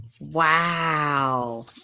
Wow